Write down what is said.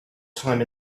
time